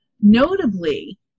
Notably